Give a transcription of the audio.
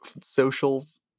socials